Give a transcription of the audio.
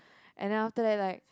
and then after that like